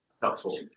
Helpful